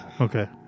Okay